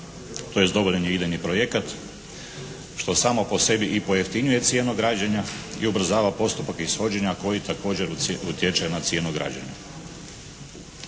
tj. dovoljan je idejni projekat što samo po sebi i pojeftinjuje cijenu građenja i ubrzava postupak ishođenja koji također utječe na cijenu građenja.